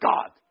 God